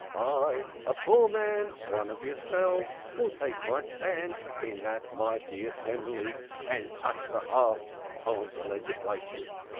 i, a poor man, one of yourselves, will take my stand in that mighty assembly and touch the hearts of the legislators.